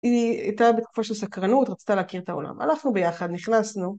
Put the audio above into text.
היא הייתה בתקופה של סקרנות, רצתה להכיר את העולם, הלכנו ביחד, נכנסנו.